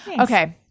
Okay